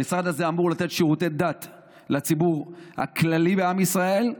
המשרד הזה אמור לתת שירותי דת לציבור הכללי בעם ישראל,